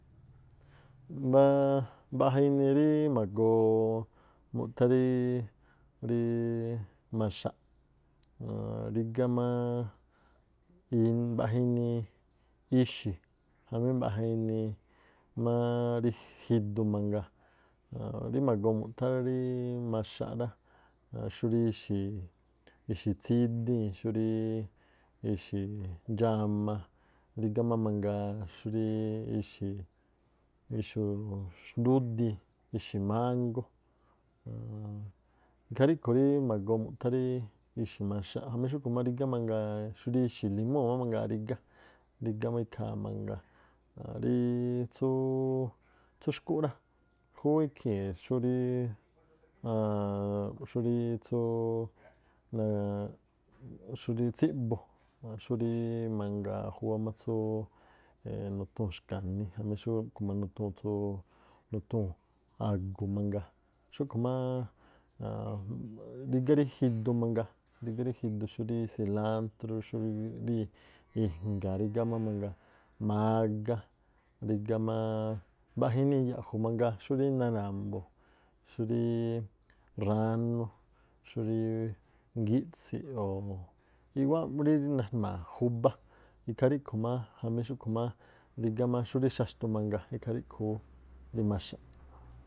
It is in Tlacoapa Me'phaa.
Mbáá mbaꞌja inii ríí ma̱goo muthá ríí maxaꞌ, rígá máa mbaꞌja inii ixi̱, jamí mbaꞌja inii máá rí jiduꞌ mangaa. Rí ma̱goo mu̱̱thá rí maxaꞌ rá, xurí ixi̱ tsídíi̱n, xurí ixi̱ ndxáma, rígá má mangaa xúrí ixi̱ ixu̱u̱ xndúdiin, ixi̱ mángú aann- ikhaa ríꞌkhu̱ rí ma̱goo mu̱ꞌthá rí ixi̱ maxaꞌ. Jamí xúꞌkhu̱̱ má rígá mangaa xúrí ixi̱ limúu̱ má mangaa rígá, rígá má ikhaa mangaa aann- ríí tsúú tsú xkúꞌ rá júwé ikhii̱n xúríí aann- xúríí tsúú xúríí tsíꞌbu, xúrí mangaa júwá má tsúú ee nuthúu̱n xka̱ní jamí ríꞌkhu̱ má nuthúu̱n tsúú, nuthúu̱n a̱gu̱ mangaa xúꞌkhu̱ mangaa. Xúꞌkhu̱ máá rígá rí jidu mangaa, rígá rí jidu xúrí silántrú, xúrí i̱- i̱jngaa̱ rígá má mangaa, mágá, rí má mbaꞌja inii ya̱ꞌju̱ mangaa, xúrí narambu̱ xúrí ránú, xúríí ngítsiꞌ o̱ i̱ꞌwáꞌ múrí najma̱a̱ júbá, ikhaa ríꞌkhu̱ má jamí xúꞌkhu̱ má rígá má xúrí xaxtu mangaa, ikhaa ríꞌkhu̱ ú.